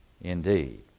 Indeed